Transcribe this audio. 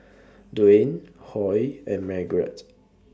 Dwan Huy and Margrett